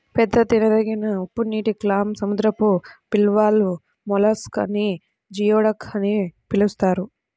పెద్ద తినదగిన ఉప్పునీటి క్లామ్, సముద్రపు బివాల్వ్ మొలస్క్ నే జియోడక్ అని పిలుస్తారు